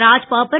Raj Babbar